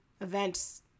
events